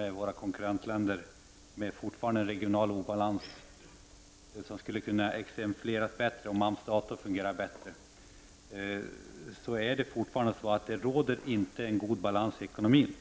i våra konkurrentländer i omvärlden och med en fortsatt regional obalans som skulle kunna exemplifieras bättre om AMS dator fungerade bättre. Det är fortfarande så att det inte råder god balans i ekonomin.